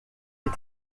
les